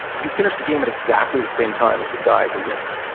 you finish the game at exactly the same time as the guy who wins.